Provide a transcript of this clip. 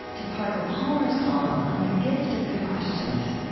to parker palmer's column on the gift of good questions,